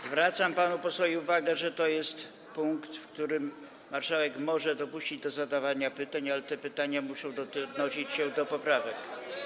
Zwracam panu posłowi uwagę, że to jest punkt, w którym marszałek może dopuścić do zadawania pytań, ale te pytania muszą odnosić się do poprawek.